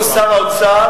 הוא שר האוצר.